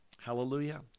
Hallelujah